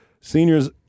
Seniors